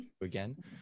Again